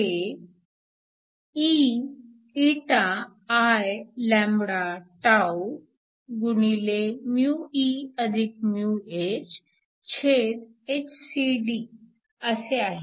ते eηIλτehhcDअसे आहे